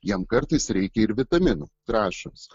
jam kartais reikia ir vitaminų trąšos